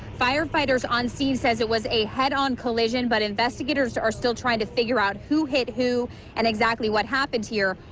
firefighters on scene says it was a head-on collision but investigators are still trying to figure out who hit who and exactly what happened here.